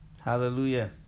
hallelujah